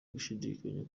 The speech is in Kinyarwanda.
gushidikanya